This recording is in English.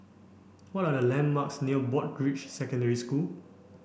what are the landmarks near Broadrick Secondary School